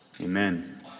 amen